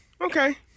Okay